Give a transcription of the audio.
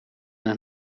een